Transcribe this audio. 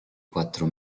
quattro